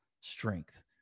strength